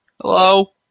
Hello